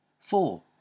Four